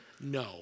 No